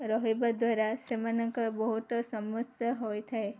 ରହିବା ଦ୍ୱାରା ସେମାନଙ୍କର ବହୁତ ସମସ୍ୟା ହୋଇଥାଏ